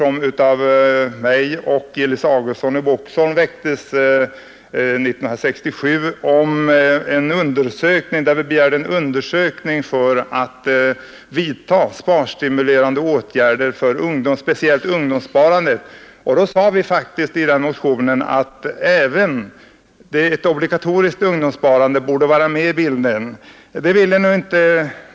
Det var jag och Gillis Augustsson i Boxholm som väckte dessa motioner, vari vi begärde en utredning angående sparstimulerande åtgärder, framför allt när det gäller ungdomen. Vi framhöll i dessa motioner att även ett obligatoriskt ungdomssparande borde finnas med i bilden.